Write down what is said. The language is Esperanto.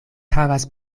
havas